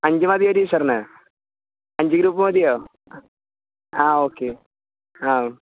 അഞ്ച് മതിയോ ടീച്ചറിന് അഞ്ച് ഗ്രൂപ്പ് മതിയോ ആ ഓക്കെ ആ